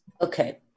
Okay